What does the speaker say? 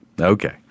Okay